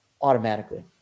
automatically